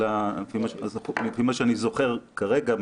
אבל לפי מה שאני זוכר כרגע,